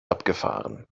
abgefahren